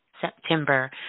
September